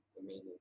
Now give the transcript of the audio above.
amazing